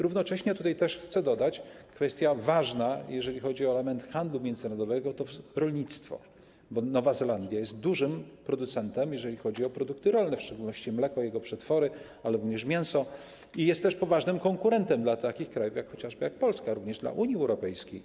Równocześnie chcę też tutaj dodać, że ważna kwestia, jeśli chodzi o element handlu międzynarodowego, to rolnictwo, bo Nowa Zelandia jest dużym producentem, jeżeli chodzi o produkty rolne, w szczególności mleko i jego przetwory, ale również mięso, i jest też poważnym konkurentem dla takich krajów, jak chociażby Polska, jak również dla Unii Europejskiej.